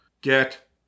Get